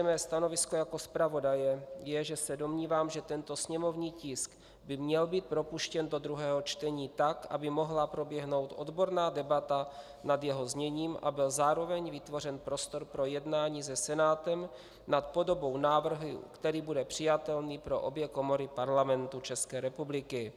Mé stanovisko jako zpravodaje je, že se domnívám, že tento sněmovní tisk by měl být propuštěn do druhého čtení, tak aby mohla proběhnout odborná debata nad jeho zněním a byl zároveň vytvořen prostor pro jednání se Senátem nad podobou návrhu, který bude přijatelný pro obě komory Parlamentu České republiky.